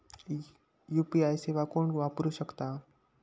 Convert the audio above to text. UPI सेवा कोण वापरू शकता?